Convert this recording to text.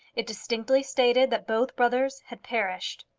it distinctly stated that both brothers had perished.